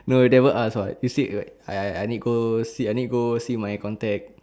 no never ask [what] you said [what] I I need go see I need go see my contact